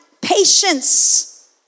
patience